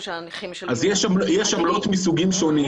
יש עמלות מסוגים שונים.